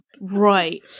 right